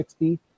60